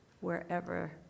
wherever